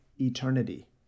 eternity